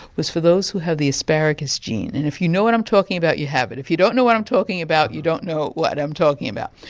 was for those who have the asparagus gene, and if you know what i'm talking about, you have it if you don't know what i'm talking you don't know what i'm talking about.